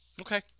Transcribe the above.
Okay